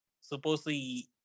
supposedly